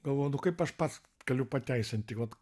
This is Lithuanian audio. galvoju nu kaip aš pats galiu pateisinti vat